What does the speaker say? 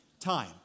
time